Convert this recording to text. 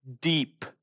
Deep